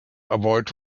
avoid